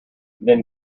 then